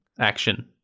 action